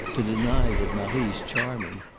to deny that marie's charming,